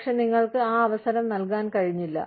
പക്ഷേ നിങ്ങൾക്ക് ആ അവസരം നൽകാൻ കഴിഞ്ഞില്ല